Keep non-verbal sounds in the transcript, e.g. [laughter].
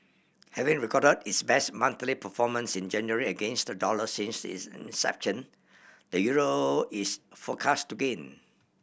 having record its best monthly performance in January against the dollar since its [unintelligible] inception the euro is forecast to gain